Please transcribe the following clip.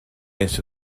into